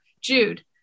Jude